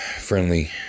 friendly